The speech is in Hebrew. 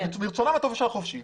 הם באים מרצונם הטוב והחופשי.